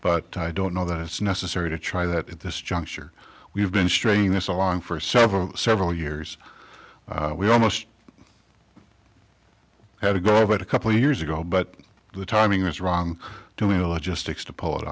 but i don't know that it's necessary to try that at this juncture we have been straining this along for several several years we almost had to go over it a couple years ago but the timing was wrong doing a logistics to pull it